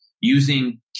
using